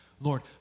Lord